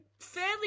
Fairly